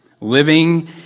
Living